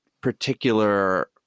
particular